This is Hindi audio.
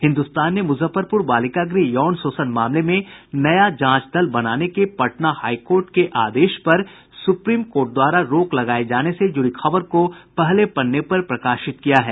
हिन्दुस्तान ने मुजफ्फरपूर बालिका गृह यौन शोषण मामले में नया जांच दल बनाने के पटना हाई कोर्ट के आदेश पर सुप्रीम कोर्ट द्वारा रोक लगाये जाने के से जुड़ी खबर को पहले पन्ने पर प्रकाशित किया है